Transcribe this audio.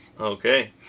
Okay